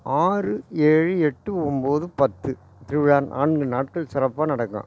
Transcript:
ஆறு ஏழு எட்டு ஒம்பது பத்து திருவிழா நான்கு நாட்கள் சிறப்பாக நடக்கும்